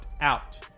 out